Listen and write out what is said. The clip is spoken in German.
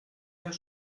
jahr